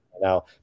now